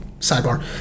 sidebar